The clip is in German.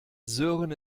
sören